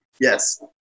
yes